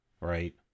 Right